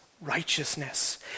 righteousness